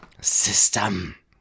system